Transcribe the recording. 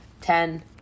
ten